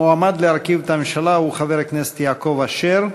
המועמד להרכיב את הממשלה הוא חבר הכנסת יעקב אשר.